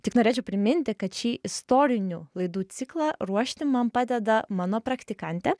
tik norėčiau priminti kad šį istorinių laidų ciklą ruošti man padeda mano praktikantė